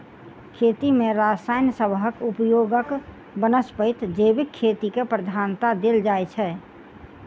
खेती मे रसायन सबहक उपयोगक बनस्पैत जैविक खेती केँ प्रधानता देल जाइ छै